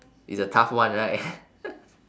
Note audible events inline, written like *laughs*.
it's a tough one right *laughs*